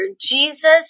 Jesus